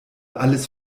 alles